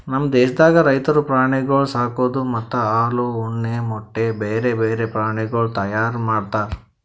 ನಮ್ ದೇಶದಾಗ್ ರೈತುರು ಪ್ರಾಣಿಗೊಳ್ ಸಾಕದ್ ಮತ್ತ ಹಾಲ, ಉಣ್ಣೆ, ಮೊಟ್ಟೆ, ಬ್ಯಾರೆ ಬ್ಯಾರೆ ಪ್ರಾಣಿಗೊಳ್ ತೈಯಾರ್ ಮಾಡ್ತಾರ್